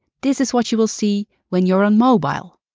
this is what you will see when you're on mobile,